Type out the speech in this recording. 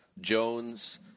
Jones